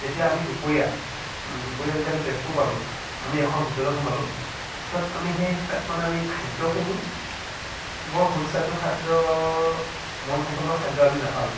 যেতিয়া আমি দুপৰীয়া দুপৰীয়া যেতিয়া আমি তেজপুৰ পালোঁ আমি এখন হোটেলত সোমালো তাত আমি সেই তাত মানে আমি খাদ্যখিনি বৰ সুস্বাদু খাদ্য মন পচণ্ডৰ খাদ্য আমি নাপালোঁ